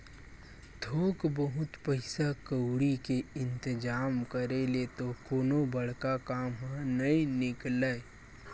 थोक बहुत पइसा कउड़ी के इंतिजाम करे ले तो कोनो बड़का काम ह नइ निकलय